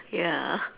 ya